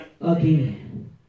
Again